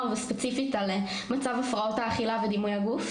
וספציפית על מצב הפרעות האכילה ודימוי הגוף,